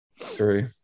Three